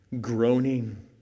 groaning